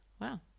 Wow